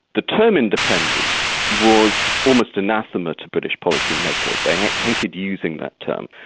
the term independence was almost anathema to british policymakers. they hated using that term.